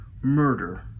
murder